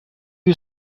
are